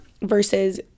versus